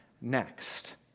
next